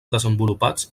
desenvolupats